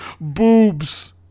boobs